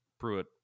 Pruitt